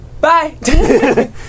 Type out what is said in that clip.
Bye